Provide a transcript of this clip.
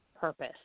purpose